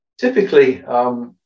typically